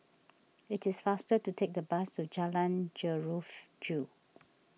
it is faster to take the bus to Jalan Jeruju